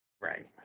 Right